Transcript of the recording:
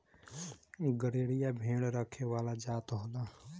गरेरिया भेड़ रखे वाला जात होला